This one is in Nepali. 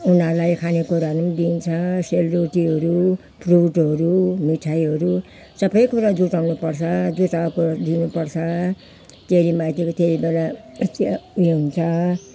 उनीहरूलाई खाने कुरा पनि दिइन्छ सेलरोटीहरू फ्रुटहरू मिठाईहरू सब कुरा जुटाउनु पर्छ जुटाएको दिनु पर्छ चेली माइतीको त्यति बेला यस्तै उयो हुन्छ